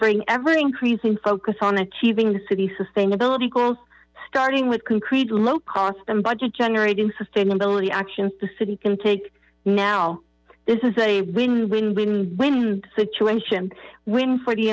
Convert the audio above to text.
bring ever increasing focus on achieving the cty's sustainability goals starting with concrete low cost and budget generating sustainability actions the city can take now this is a win win win win situation win for the